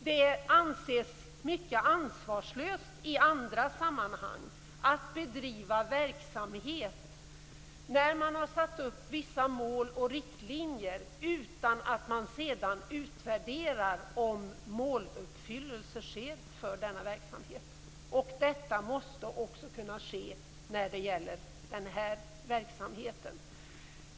Det anses i andra sammanhang mycket ansvarslöst att bedriva verksamhet där man har satt upp vissa mål och riktlinjer utan att man sedan utvärderar om måluppfyllelse sker för denna verksamhet. Detta måste också kunna ske när det gäller den här verksamheten.